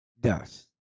dust